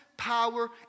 power